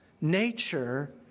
nature